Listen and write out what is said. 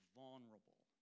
vulnerable